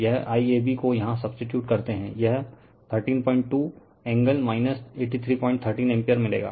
यह IAB को यहाँ सबसिटीयूड करते हैं यह 132 एंगल 8313 एम्पीयर मिलेगा